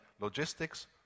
logistics